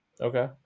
Okay